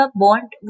bond